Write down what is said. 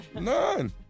None